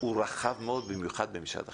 הוא רחב מאוד, במיוחד במשרד החינוך.